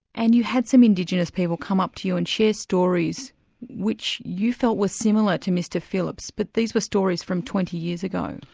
and you had some indigenous people come up to you and share stories which you felt were similar to mr phillips', but these were stories from twenty years ago.